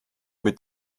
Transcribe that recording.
mit